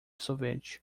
sorvete